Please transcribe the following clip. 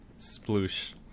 Sploosh